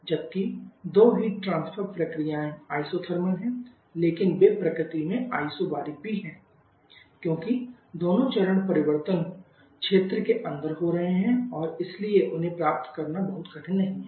जबकि दो heat transfer प्रक्रियाएं आइसोथर्मल हैं लेकिन वे प्रकृति में इसोबैरिक भी हैं क्योंकि दोनों चरण परिवर्तन क्षेत्र के अंदर हो रहे हैं और इसलिए उन्हें प्राप्त करना बहुत कठिन नहीं है